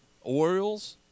Orioles